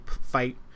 fight